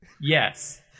Yes